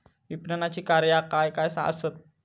विपणनाची कार्या काय काय आसत?